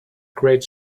great